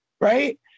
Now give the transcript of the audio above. right